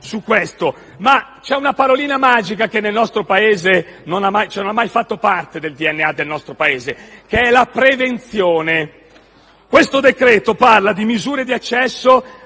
ma c'è una parolina magica che non ha mai fatto parte del DNA del nostro Paese, che è «prevenzione». Questo decreto-legge parla di misure di accesso